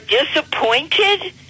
disappointed